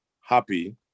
happy